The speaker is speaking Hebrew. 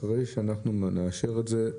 אחרי שאנחנו נאשר את זה,